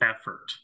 effort